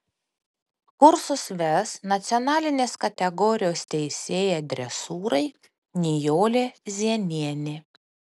kursus ves nacionalinės kategorijos teisėja dresūrai nijolė zienienė